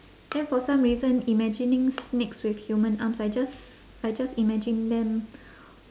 then for some reason imagining snakes with human arms I just I just imagine them